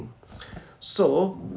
so